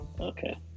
Okay